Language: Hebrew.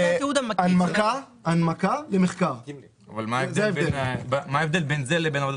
האם השתייכות לקבוצה רב-לאומית מחייבת בדיווח גם אם אין עסקה,